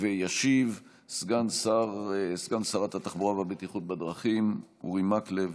ישיב סגן שרת התחבורה והבטיחות בדרכים אורי מקלב.